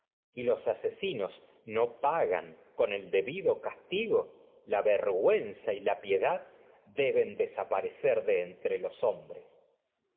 más los asesi y nos pagan con el debido castigo la vergüenza la piedad deben desaparecer de entre los hombres